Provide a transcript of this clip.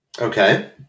Okay